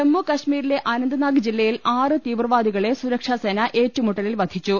ജമ്മു കശ്മീരിലെ അനന്ത് നാഗ് ജില്ലയിൽ ആറ് തീവ്രവാദി കളെ സുരക്ഷാ സേന ഏറ്റുമുട്ടലിൽ വധിച്ചു